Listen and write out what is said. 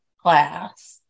Class